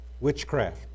Witchcraft